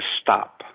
stop